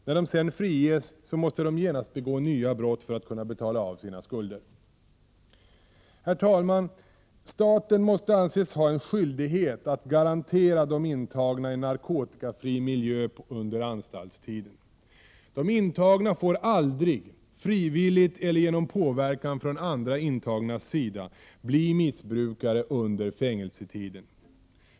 När de sedan friges måste de genast begå nya brott för att kunna betala av sina skulder. Herr talman! Staten måste anses ha en skyldighet att garantera de intagna en narkotikafri miljö under anstaltstiden. De intagna får aldrig, frivilligt eller genom påverkan från andra intagnas sida, bli missbrukare under fängelsetiden.